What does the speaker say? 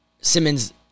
Simmons